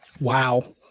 Wow